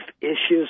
issues